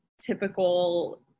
typical